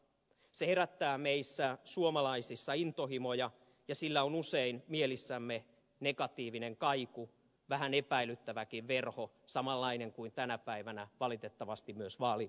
se herättää meissä suomalaisissa intohimoja ja sillä on usein mielissämme negatiivinen kaiku vähän epäilyttäväkin verho samanlainen kuin tänä päivänä valitettavasti myös vaalirahoituksella